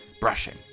brushing